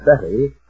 Betty